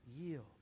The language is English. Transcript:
yield